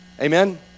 amen